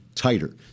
Tighter